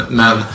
men